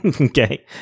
okay